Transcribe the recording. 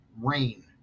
Rain